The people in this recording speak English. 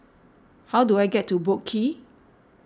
how do I get to Boat Quay